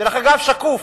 דרך אגב, שקוף.